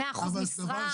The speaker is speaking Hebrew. במאה אחוזי משרה,